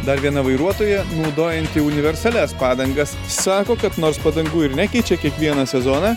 dar viena vairuotoja naudojantį universalias padangas sako kad nors padangų ir nekeičia kiekvieną sezoną